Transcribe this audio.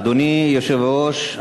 אדוני היושב-ראש,